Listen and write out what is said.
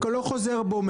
שעושה פה סדר.